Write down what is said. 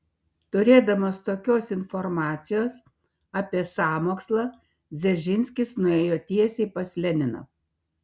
turėdamas tokios informacijos apie sąmokslą dzeržinskis nuėjo tiesiai pas leniną